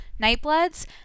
nightbloods